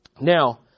Now